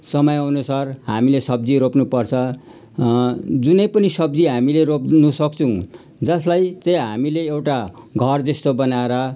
समय अनुसार हामीले सब्जी रोप्नु पर्छ जुनै पनि सब्जी हामीले रोप्न सक्छौँ जसलाई चाहिँ हामीले एउटा घर जस्तो बनाएर